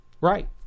Right